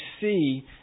see